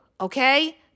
okay